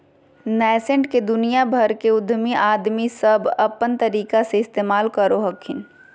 nascent के दुनिया भर के उद्यमी आदमी सब अपन तरीका से इस्तेमाल करो हखिन